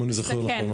אם אני זוכר נכון.